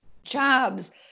jobs